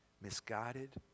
misguided